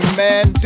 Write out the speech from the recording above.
man